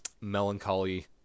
melancholy